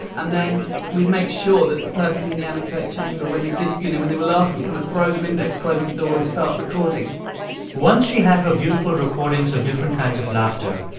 and then we'd make sure that the person in the anechoic chamber, when they did, you know, when they were laughing, we kind of throw them in there, close the door and start recording once she had her beautiful recordings of different kinds of laughter,